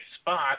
spot